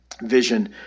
vision